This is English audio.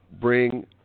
bring